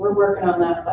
working on that,